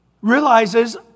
realizes